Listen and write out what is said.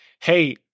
Hey